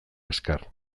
azkar